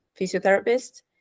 physiotherapist